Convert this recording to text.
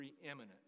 preeminent